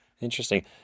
interesting